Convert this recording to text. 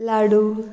लाडू